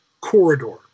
corridor